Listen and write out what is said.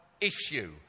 issue